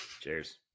cheers